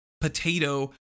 potato